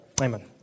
Amen